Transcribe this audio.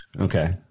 Okay